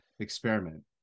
experiment